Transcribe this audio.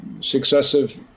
successive